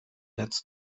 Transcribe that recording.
netz